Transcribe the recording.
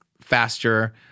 faster